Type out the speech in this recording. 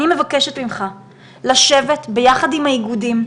אני מבקשת ממך לשבת ביחד עם האיגודים,